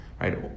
right